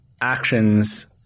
actions